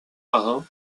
marins